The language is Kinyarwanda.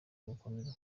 gukomeza